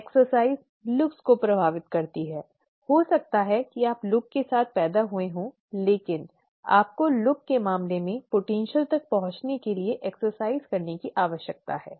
व्यायाम लुक को प्रभावित करता है हो सकता है कि आप लुक के साथ पैदा हुए हों लेकिन आपको लुक के मामले में क्षमता तक पहुंचने के लिए व्यायाम करने की आवश्यकता है